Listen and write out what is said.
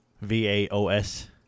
V-A-O-S